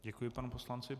Děkuji panu poslanci.